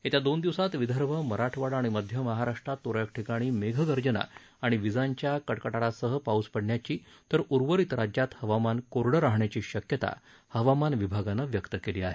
येत्या दोन दिवसात विदर्भ मराठवाडा आणि मध्य महाराष्ट्रात त्रळक ठिकाणी मेघगर्जना आणि वीजांच्या कडकडाटासह पाऊस पडण्याची तर उर्वरित राज्यात हवामान कोरडं राहण्याची शक्यता हवामान विभागानं व्यक्त केली आहे